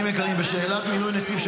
אני לוקח על עצמי אחת